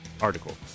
article